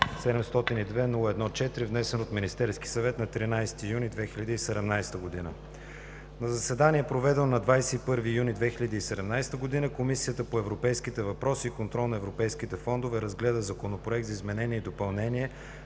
702-01-4, внесен от Министерския съвет на 13 юни 2017 г. На заседание, проведено на 21 юни 2017 г., Комисията по европейските въпроси и контрол на европейските фондове разгледа Законопроект за изменение и допълнение